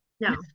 no